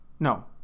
No